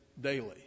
daily